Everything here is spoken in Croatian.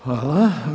Hvala.